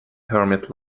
hermit